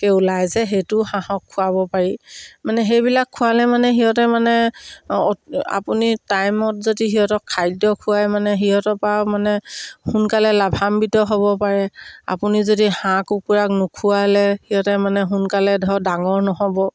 কে ওলাই যে সেইটো হাঁহক খোৱাব পাৰি মানে সেইবিলাক খোৱালে মানে সিহঁতে মানে আপুনি টাইমত যদি সিহঁতক খাদ্য খোৱাই মানে সিহঁতৰ পা মানে সোনকালে লাভাম্বিত হ'ব পাৰে আপুনি যদি হাঁহ কুকুৰাক নুখোৱালে সিহঁতে মানে সোনকালে ধৰক ডাঙৰ নহ'ব